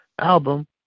album